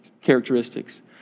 Characteristics